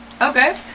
Okay